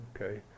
okay